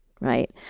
right